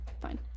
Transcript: Fine